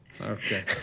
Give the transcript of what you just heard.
Okay